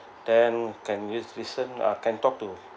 then can use listen uh can talk to